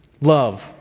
Love